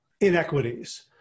inequities